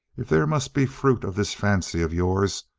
if there must be fruit of this fancy of yours,